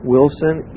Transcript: Wilson